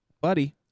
buddy